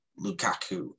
Lukaku